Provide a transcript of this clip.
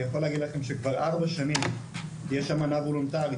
אני יכול להגיד לכם שכבר ארבע שנים יש אמנה וולונטרית